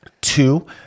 Two